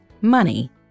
money